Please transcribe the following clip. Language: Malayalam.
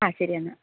ആ ശരിയെന്നാൽ